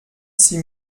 six